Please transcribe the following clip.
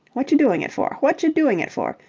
whatch doing it for? whatch doing it for?